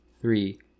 three